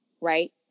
right